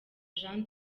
jean